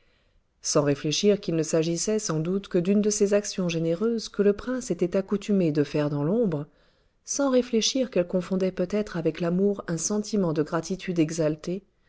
sans réfléchir qu'il ne s'agissait sans doute que d'une de ces actions généreuses que le prince était accoutumé de faire dans l'ombre sans réfléchir qu'elle confondait peut-être avec l'amour un sentiment de gratitude exalté